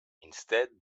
instead